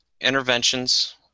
interventions